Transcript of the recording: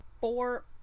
four